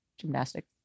gymnastics